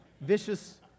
vicious